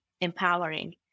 empowering